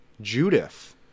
Judith